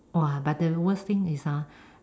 !wah! but the worst thing is ah